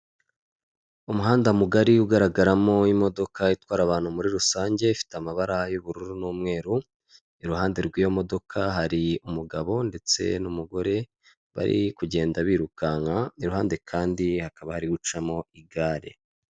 Umuhanda mugari ugaragaramo imodoka itwara abantu muri rusange, ifite amabara y'ubururu n'umweru iruhande rw'iyo modoka hari umugabo ndetse n'umugore, bari kugenda birukanka iruhande kandi hakaba bari gucamo igare.